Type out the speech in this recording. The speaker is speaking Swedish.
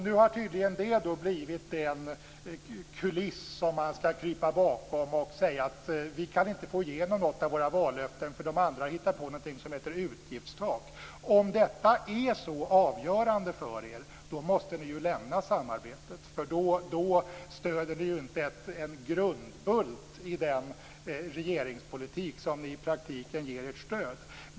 Nu har det tydligen blivit den kuliss som man skall krypa bakom och säga: Vi kan inte få igenom några av våra vallöften, för de andra har hittat på någonting som heter utgiftstak. Om detta är så avgörande för er måste ni ju lämna samarbetet. Då stöder ni inte en grundbult i den regeringspolitik som ni i praktiken ger ert stöd.